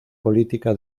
política